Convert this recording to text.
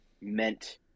meant